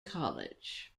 college